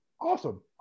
awesome